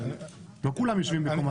לא כולם יושבים בקומת הממשלה.